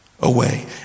away